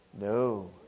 No